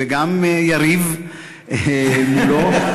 וגם יריב מולו,